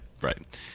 Right